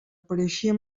pareixia